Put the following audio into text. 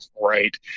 right